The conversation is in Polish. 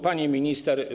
Pani Minister!